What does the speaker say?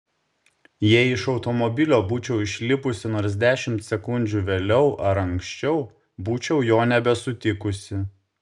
jei iš automobilio būčiau išlipusi nors dešimt sekundžių vėliau ar anksčiau būčiau jo nebesutikusi